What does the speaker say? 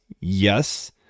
yes